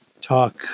talk